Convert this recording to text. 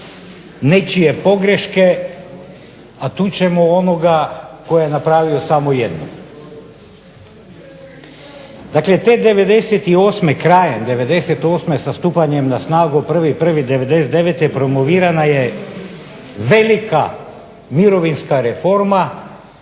nečije pogreške, a tučemo onoga tko je napravio samo jednu. Dakle te '98., krajem '98. sa stupanjem na snagu 1.1.1999. promovirana je velika mirovinska reforma